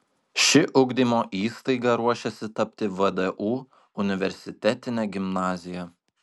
ši ugdymo įstaiga ruošiasi tapti vdu universitetine gimnazija